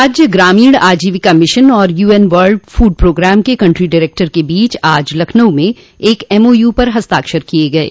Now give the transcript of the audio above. राज्य ग्रामीण आजीविका मिशन और यूएन वर्ल्ड फूड प्रोग्राम के कंट्री डायरेक्टर के बीच आज लखनऊ में एक एमओयू पर हस्ताक्षर किये गये